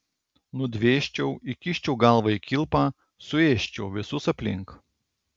nudvėsčiau įkiščiau galvą į kilpą suėsčiau visus aplink